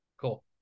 Cool